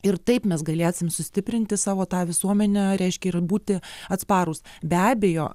ir taip mes galėsim sustiprinti savo tą visuomenę reiškia ir būti atsparūs be abejo